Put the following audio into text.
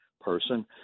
person